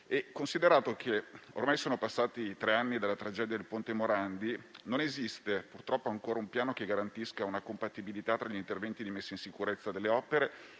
Considerato che ormai sono passati tre anni dalla tragedia del ponte Morandi, purtroppo non esiste ancora un piano che garantisca una compatibilità tra gli interventi di messa in sicurezza delle opere